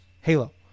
Halo